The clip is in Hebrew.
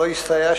שלא הסתייע,